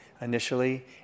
initially